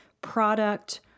product